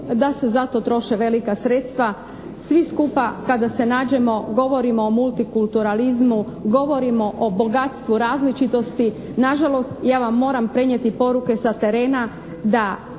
da se za to troše velika sredstva. Svi skupa kada se nađemo govorimo o multikulturalizmu, govorimo o bogatstvu različitosti. Nažalost, ja vam moram prenijeti poruke sa terena da